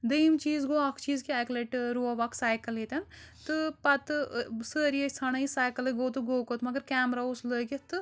دٔیِم چیٖز گوٚو اَکھ چیٖز کہِ اَکہِ لَٹہِ روو اَکھ سایکَل ییٚتٮ۪ن تہٕ پَتہٕ سٲری ٲسۍ ژھانٛڈان یہِ سایکَلٕے گوٚو تہٕ گوٚو کوٚت مگر کیمرا اوس لٲگِتھ تہٕ